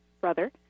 brother